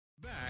Back